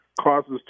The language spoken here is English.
causes